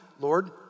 Lord